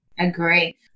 Agree